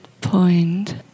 point